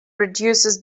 reduces